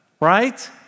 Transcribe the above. right